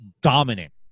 dominant